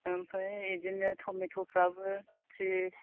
ओमफ्राय बिदिनो थमेथ'फ्राबो थ्रिस